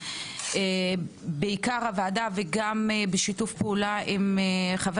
בעיקר הוועדה וגם בשיתוף פעולה חבר